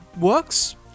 works